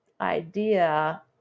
idea